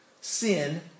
Sin